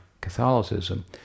Catholicism